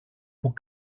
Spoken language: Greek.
που